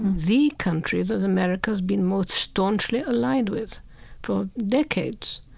the country that america's been most staunchly allied with for decades.